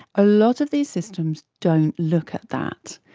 a lot of these systems don't look at that.